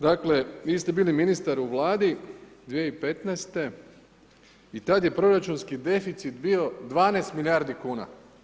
Dakle, vi ste bili ministar u Vladi 2015. i tada je proračunski deficit bio 12 milijardi kuna.